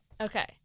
Okay